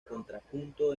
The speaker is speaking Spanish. contrapunto